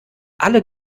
alle